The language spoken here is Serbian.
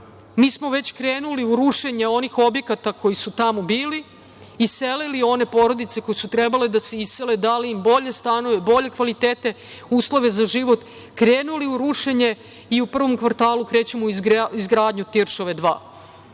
2.Mi smo već krenuli u rušenje onih objekata koji su tamo bili, iselili one porodice koje su trebale da se isele, dalji im bolje stanove, bolje kvalitete, uslove za život, krenuli u rušenje i u prvom kvartalu krećemo u izgradnju Tiršove2.O